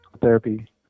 therapy